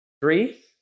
Three